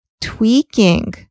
tweaking